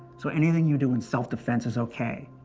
so anything you do in self-defense is okay,